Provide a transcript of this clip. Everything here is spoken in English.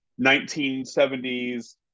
1970s